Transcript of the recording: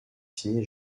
signé